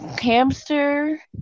Hamster